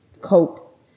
cope